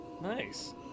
Nice